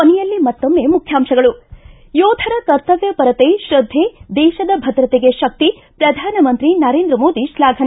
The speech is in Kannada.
ಕೊನೆಯಲ್ಲಿ ಮತ್ತೊಮ್ಮೆ ಮುಖ್ಯಾಂಶಗಳು ಿ ಯೋಧರ ಕರ್ತವ್ಯ ಪರತೆ ಶ್ರದ್ಧೆ ದೇಶದ ಭದ್ರತೆಗೆ ಶಕ್ತಿ ಪ್ರಧಾನಮಂತ್ರಿ ನರೇಂದ್ರ ಮೋದಿ ಶ್ಲಾಫನೆ